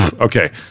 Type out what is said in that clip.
Okay